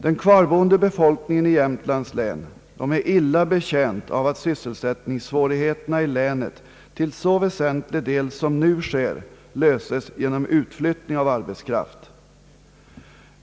Den kvarboende befolkningen i Jämtlands län är illa betjänt av att sysselsättningssvårigheterna i länet till så väsentlig del som nu sker löses genom utflyttning av arbetskraft.